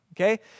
okay